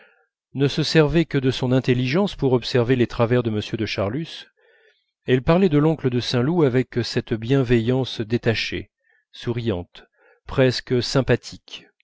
ne se servait que de son intelligence pour observer les travers de m de charlus elle parlait de l'oncle de saint loup avec cette bienveillance détachée souriante presque sympathique